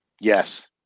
Yes